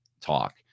talk